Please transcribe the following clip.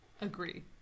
Agree